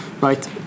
right